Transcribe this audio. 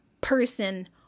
person